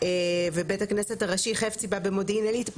ובית הכנסת הראשי חפציבה במודיעין עילית.